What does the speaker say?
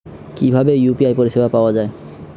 কিভাবে ইউ.পি.আই পরিসেবা পাওয়া য়ায়?